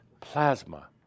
plasma